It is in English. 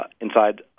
inside